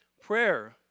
Prayer